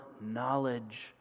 knowledge